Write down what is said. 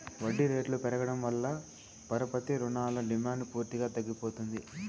వడ్డీ రేట్లు పెరగడం వల్ల పరపతి రుణాల డిమాండ్ పూర్తిగా తగ్గిపోతుంది